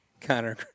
Connor